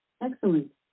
Excellent